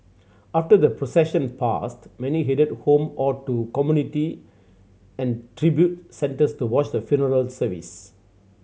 after the procession passed many headed home or to community and tribute centres to watch the funeral service